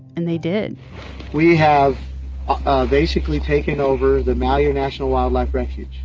and they did we have basically taken over the malheur national wildlife refuge,